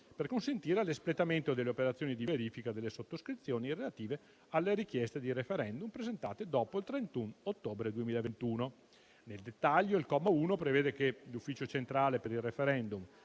per consentire l'espletamento delle operazioni di verifica delle sottoscrizioni relative alle richieste di referendum presentate dopo il 31 ottobre 2021. Nel dettaglio, il comma 1 prevede che l'Ufficio centrale per il referendum